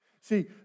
See